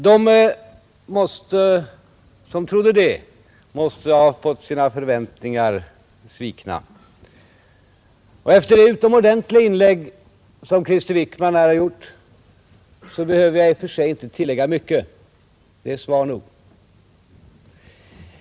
De som trodde det måste ha fått sina förväntningar svikna. Efter det utomordentliga inlägg som krister Wickman här har gjort, behöver jag inte tillägga mycket. Det är svar nog.